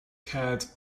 had